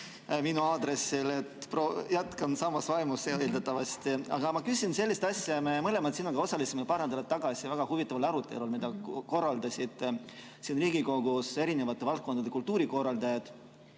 minu aadressil. Jätkame samas vaimus, eeldatavasti. Aga ma küsin sellist asja. Me mõlemad sinuga osalisime paar nädalat tagasi väga huvitaval arutelul, mida korraldasid siin Riigikogus eri valdkondade kultuurikorraldajad